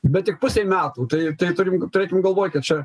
bet tik pusei metų tai tai turim turėkim galvoj kad čia